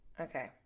Okay